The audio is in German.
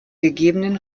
gegebenen